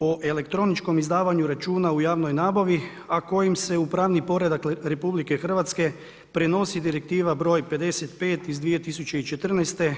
o elektroničkom izdavanju računa u javnoj nabavi a kojim se u pravni poredak RH prenosi Direktiva broj 55 iz 2014.